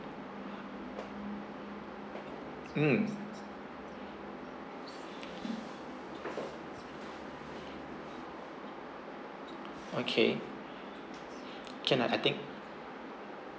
mm okay can lah I think